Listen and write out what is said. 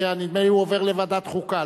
נדמה לי הוא עובר לוועדת החוקה,